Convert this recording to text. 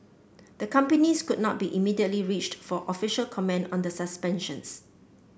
the companies could not be immediately reached for official comment on the suspensions